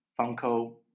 Funko